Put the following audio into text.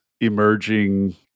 emerging